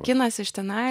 kinas iš tenai bet